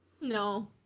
No